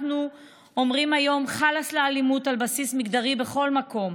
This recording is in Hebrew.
אנחנו אומרים היום חלאס לאלימות על בסיס מגדרי בכל מקום.